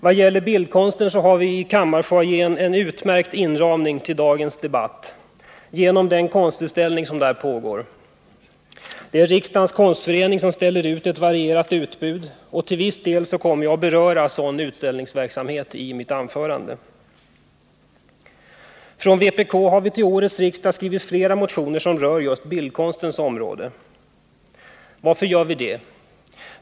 Vad gäller bildkonsten så har vi i kammarfoajén en utmärkt inramning till dagens debatt genom den konstutställning som pågår där. Det är riksdagens konstförening som ställer ut ett varierat utbud, och till viss del kommer jag att beröra sådan utställningsverksamhet i mitt anförande. Från vpk har vi till årets riksmöte skrivit flera motioner som rör just bildkonstens område. Varför gör vi det?